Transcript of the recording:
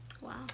Wow